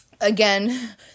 again